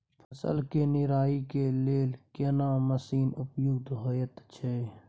फसल के निराई के लेल केना मसीन उपयुक्त होयत छै?